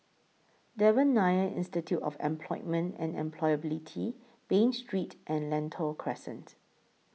Devan Nair Institute of Employment and Employability Bain Street and Lentor Crescent